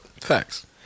Facts